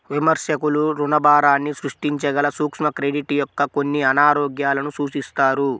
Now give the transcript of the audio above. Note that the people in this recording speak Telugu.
విమర్శకులు రుణభారాన్ని సృష్టించగల సూక్ష్మ క్రెడిట్ యొక్క కొన్ని అనారోగ్యాలను సూచిస్తారు